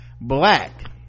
black